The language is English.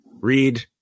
read